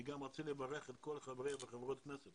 אני גם רוצה לברך את כל חברי וחברות הכנסת